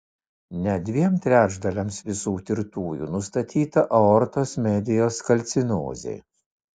net dviem trečdaliams visų tirtųjų nustatyta aortos medijos kalcinozė